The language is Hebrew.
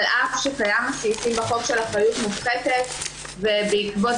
על אף שקיימים הסעיפים של אחריות מופחתת בחוק ובעקבות